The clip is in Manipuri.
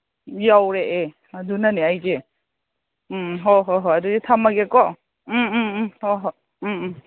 ꯌꯧꯔꯛꯑꯦ ꯑꯗꯨꯅꯅꯦ ꯑꯩꯁꯦ ꯎꯝ ꯍꯣꯏ ꯍꯣꯏ ꯍꯣꯏ ꯑꯗꯨꯗꯤ ꯊꯝꯃꯒꯦꯀꯣ ꯎꯝ ꯎꯝ ꯎꯝ ꯍꯣꯍꯣ ꯎꯝ ꯎꯝ